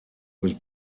was